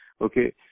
Okay